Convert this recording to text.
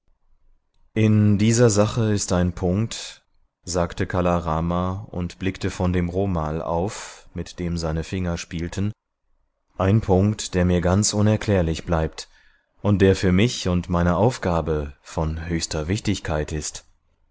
in dieser sache ist ein punkt sagte kala rama und blickte von dem romal auf mit dem seine finger spielten ein punkt der mir ganz unerklärlich bleibt und der für mich und meine aufgabe von höchster wichtigkeit ist